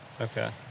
Okay